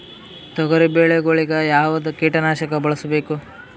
ತೊಗರಿಬೇಳೆ ಗೊಳಿಗ ಯಾವದ ಕೀಟನಾಶಕ ಬಳಸಬೇಕು?